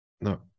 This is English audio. No